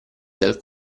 dal